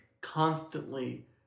constantly